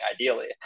ideally